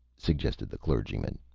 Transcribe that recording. suggested the clergyman.